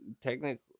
technically